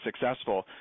successful